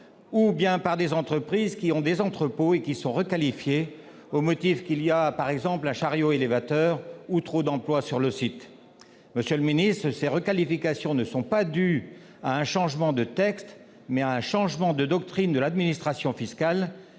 soit par des entreprises dont les entrepôts sont requalifiés au motif qu'il y a, par exemple, un chariot élévateur ou trop d'emplois sur le site. Monsieur le ministre, ces requalifications sont dues non pas à un changement de texte, mais à un changement de doctrine de l'administration fiscale,